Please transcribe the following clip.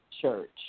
church